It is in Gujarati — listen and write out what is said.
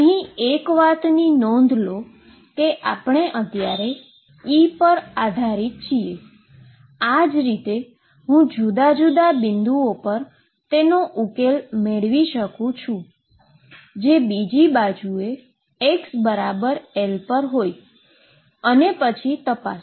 અહી એક વાત ની નોંધ લો કે આપણે અત્યારે E પર આધારિત છીએ અને આ જ રીતે હું જુદા જુદા બિંદુઓ પર ઉકેલ મેળવી શકુ છું કે જે બીજી બાજુ x L પર હોય અને પછી તપાસો